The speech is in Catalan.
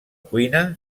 cuina